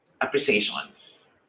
appreciations